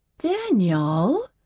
daniel!